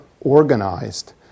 organized